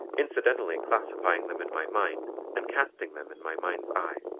incidentally classifying them in my mind and casting them in my mind's eye.